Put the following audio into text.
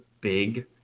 big